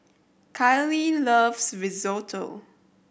Kylie loves Risotto